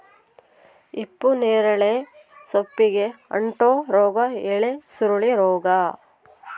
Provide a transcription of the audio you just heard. ಹಿಪ್ಪುನೇರಳೆ ಸೊಪ್ಪಿಗೆ ಅಂಟೋ ರೋಗ ಎಲೆಸುರುಳಿ ರೋಗ